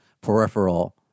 peripheral